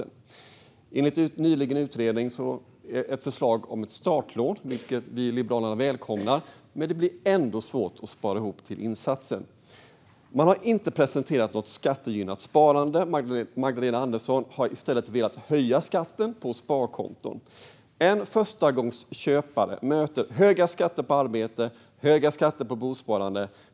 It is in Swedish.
En utredning kom nyligen med ett förslag om ett startlån, vilket vi i Liberalerna välkomnar. Men det blir ändå svårt att spara ihop till insatsen. Man har inte presenterat något skattegynnat sparande. Magdalena Andersson har i stället velat höja skatten på sparkonton. En förstagångsköpare möter höga skatter på arbete och höga skatter på bosparande.